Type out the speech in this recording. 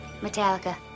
Metallica